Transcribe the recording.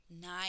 nine